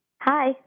Hi